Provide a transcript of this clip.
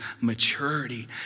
maturity